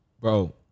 Bro